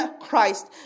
Christ